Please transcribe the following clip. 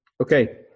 okay